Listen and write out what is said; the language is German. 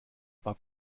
zwar